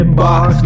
box